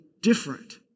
different